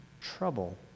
trouble